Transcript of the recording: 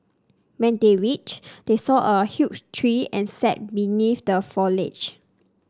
when they reached they saw a huge tree and sat beneath the foliage